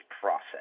process